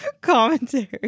commentary